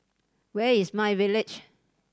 where is myVillage